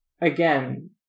again